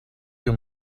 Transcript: you